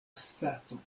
stato